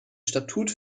statut